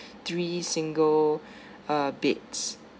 three single uh beds